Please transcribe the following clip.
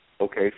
Okay